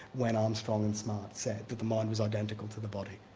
when armstrong and smart said that the mind was identical to the body.